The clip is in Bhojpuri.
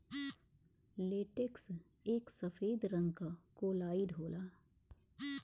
लेटेक्स एक सफेद रंग क कोलाइड होला